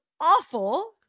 awful